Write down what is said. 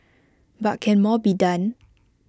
but can more be done